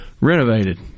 renovated